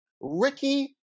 Ricky